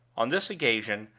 on this occasion,